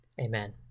Amen